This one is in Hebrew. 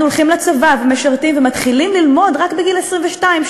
אנחנו הולכים לצבא ומשרתים ומתחילים ללמוד רק בגיל 22,